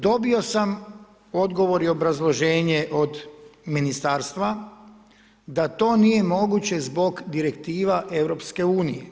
Dobio sam odgovor i obrazloženje od ministarstva da to nije moguće zbog direktiva EU.